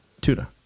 tuna